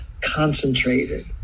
concentrated